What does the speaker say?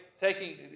taking